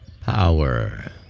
Power